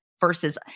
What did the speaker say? versus